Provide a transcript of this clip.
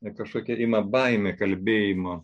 na kažkokia ima baimė kalbėjimo